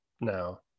now